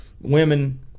women